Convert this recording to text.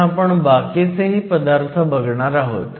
पण आपण बाकीचेही पदार्थ बघणार आहोत